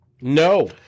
No